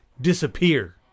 disappear